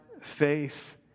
faith